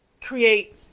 create